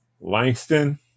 Langston